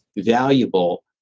valuable.